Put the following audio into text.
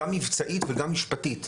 גם מבצעית וגם משפטית.